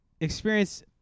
experience